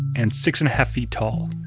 and six and a half feet tall.